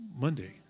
Monday